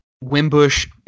Wimbush